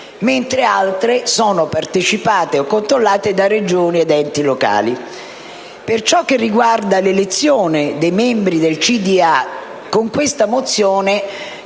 mentre altre sono partecipate o controllate da Regioni ed enti locali. Per ciò che riguarda l'elezione dei membri del consiglio